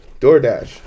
DoorDash